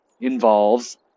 involves